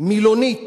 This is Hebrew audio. מילונית